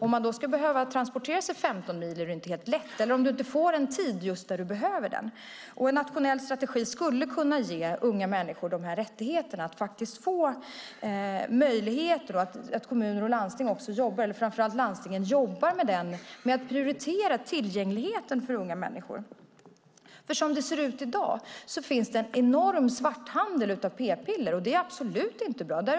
Om man då ska behöva transportera sig 15 mil eller om man inte får en tid just när man behöver den är det inte helt lätt. En nationell strategi skulle kunna ge unga människor rättigheterna att faktiskt få möjligheter genom att kommuner och landsting, framför allt landstingen, jobbar med att prioritera tillgängligheten för unga människor. Som det ser ut i dag finns det enorm svarthandel av p-piller. Det är absolut inte bra.